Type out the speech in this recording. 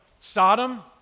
Sodom